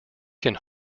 can